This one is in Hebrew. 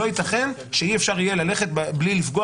לא ייתכן שאי אפשר יהיה ללכת בלי לפגוע